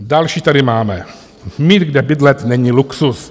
Další tady máme: Mít kde bydlet, není luxus.